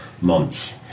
months